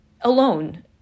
alone